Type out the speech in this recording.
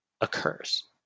occurs